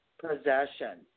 possession